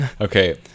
okay